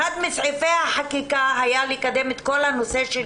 אחד מסעיפי החקיקה היה לקדם את כל הנושא של